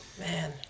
Man